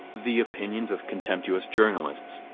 the opinions of contemptuous journalists,